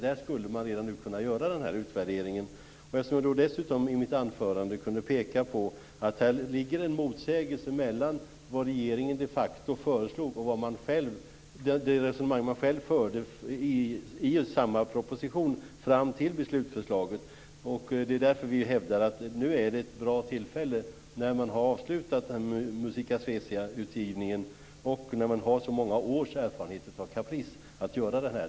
Där skulle man redan nu kunna göra den här utvärderingen. Dessutom kunde jag i mitt anförande peka på att här ligger en motsägelse mellan vad regeringen de facto föreslog och det resonemang man själv förde i samma proposition fram till beslutsförslaget. Det är därför vi hävdar att det är ett bra tillfälle att göra detta nu när man har avslutat utgivningen av Musica Sveciae och när man har så många års erfarenhet av Caprice.